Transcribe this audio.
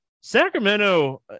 Sacramento